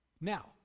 Now